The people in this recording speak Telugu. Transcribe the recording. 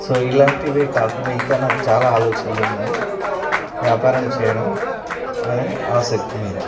సో ఇలాంటివి కాకుండా ఇంకా నాకు చాలా ఆలోచనలు ఉన్నాయి వ్యాపారం చేయడం అనే ఆసక్తి మీద